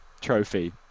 trophy